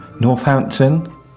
Northampton